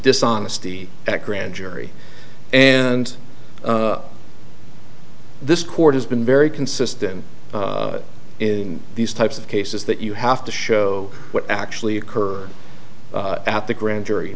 dishonesty that grand jury and this court has been very consistent in these types of cases that you have to show what actually occurred at the grand jury